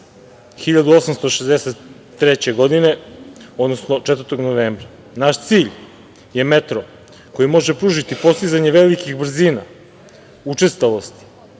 1863. godine, odnosno 4. novembra. Naš cilj je metro koji može pružiti postizanje velikih brzina, učestalost,